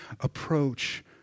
approach